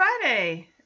Friday